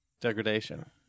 degradation